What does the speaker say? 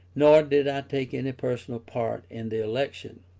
nor did i take any personal part in the election,